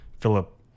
Philip